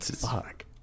Fuck